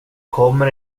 kommer